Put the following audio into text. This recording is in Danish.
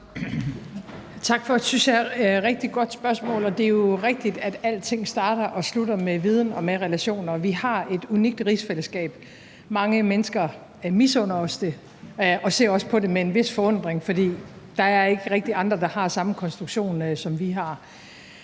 synes jeg, rigtig godt spørgsmål. Det er jo rigtigt, at alting starter og slutter med viden og med relationer. Vi har et unikt rigsfællesskab; mange mennesker misunder os det og ser også på det med en vis forundring, for der er ikke rigtig andre, der har samme konstruktion, som vi har.